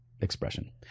expression